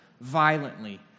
violently